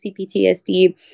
CPTSD